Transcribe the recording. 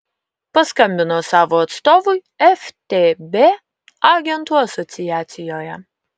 paskambino savo atstovui ftb agentų asociacijoje